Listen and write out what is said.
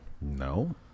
No